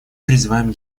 призываем